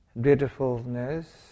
beautifulness